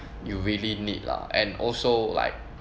you really need lah and also like